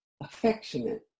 affectionate